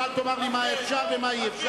אתה, קודם כול, אל תאמר לי מה אפשר ומה אי-אפשר.